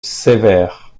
sévères